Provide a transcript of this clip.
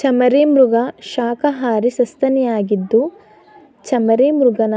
ಚಮರೀಮೃಗ ಶಾಖಹಾರಿ ಸಸ್ತನಿಯಾಗಿದ್ದು ಚಮರೀಮೃಗನ